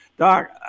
Doc